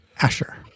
Asher